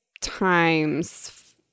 times